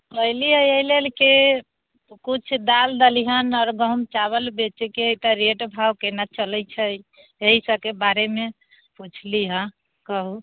कहलिए एहि लेली कि किछु दाल दलिहन गहूम चावल बेचैके हइ रेट भाव कोना चलै छै एहि सबके बारेमे पुछली हँ कहू